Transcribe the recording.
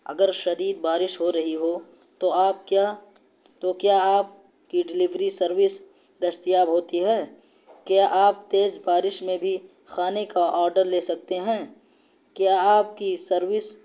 اگر شدید بارش ہو رہی ہو تو آپ کیا تو کیا آپ کی ڈلیوری سروس دستیاب ہوتی ہے کیا آپ تیز بارش میں بھی کھانے کا آرڈر لے سکتے ہیں کیا آپ کی سروس